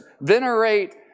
venerate